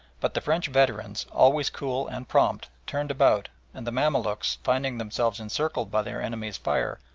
but the french veterans, always cool and prompt, turned about, and the mamaluks, finding themselves encircled by their enemies' fire,